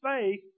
faith